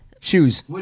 Shoes